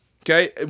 Okay